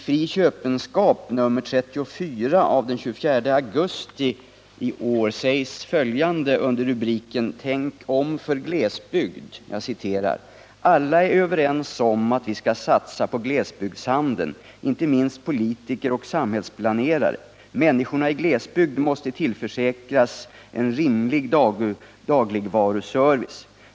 I Fri Köpenskap nr 34 av den 24 augusti i år sägs följande under rubriken Tänk om för glesbygd: ”Alla är överens om att vi ska satsa på glesbygdshandeln, inte minst politiker och samhällsplanerare. Människorna i glesbygd måste tillförsäkras en rimlig dagligvaruservice.